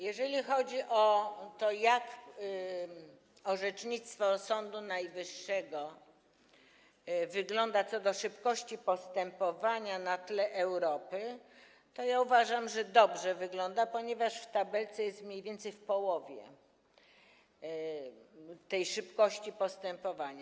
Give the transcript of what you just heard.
Jeżeli chodzi o to, jak orzecznictwo Sądu Najwyższego wygląda co do szybkości postępowania na tle Europy, to ja uważam, że dobrze wygląda, ponieważ w tabelce jest mniej więcej w połowie co do tej szybkości postępowania.